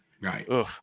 right